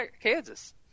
Kansas